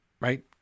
Right